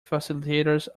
facilitators